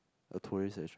a tourist